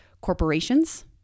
corporations